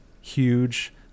huge